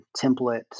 template